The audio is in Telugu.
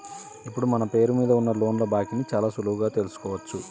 ఇప్పుడు మన పేరు మీద ఉన్న లోన్ల బాకీని చాలా సులువుగా తెల్సుకోవచ్చు